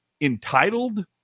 entitled